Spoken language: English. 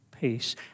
peace